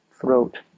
throat